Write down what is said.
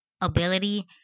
ability